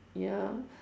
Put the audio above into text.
ya